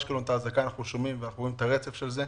אזור עדיפות מתאים וצריך לעשות את זה.